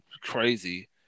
crazy